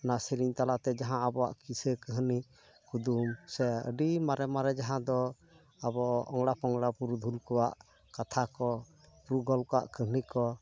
ᱚᱱᱟ ᱥᱮᱨᱮᱧ ᱛᱟᱞᱟᱛᱮ ᱡᱟᱦᱟᱸ ᱟᱵᱚᱣᱟᱜ ᱠᱤᱥᱟᱹ ᱠᱟᱦᱱᱤ ᱠᱩᱫᱩᱢ ᱥᱮ ᱟᱰᱤ ᱢᱟᱨᱮ ᱢᱟᱨᱮ ᱡᱟᱦᱟᱸ ᱫᱚ ᱟᱵᱚ ᱚᱝᱲᱟ ᱯᱚᱝᱲᱟ ᱯᱩᱨᱩᱫᱷᱩᱞ ᱠᱚᱣᱟᱜ ᱠᱟᱛᱷᱟ ᱠᱚ ᱨᱩ ᱜᱚᱞ ᱠᱟᱜ ᱠᱟᱹᱦᱱᱤ ᱠᱚ